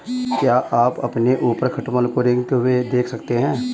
क्या आप अपने ऊपर खटमल को रेंगते हुए देख सकते हैं?